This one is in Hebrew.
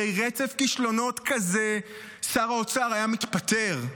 אחרי רצף כישלונות כזה שר האוצר היה מתפטר.